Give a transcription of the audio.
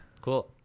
cool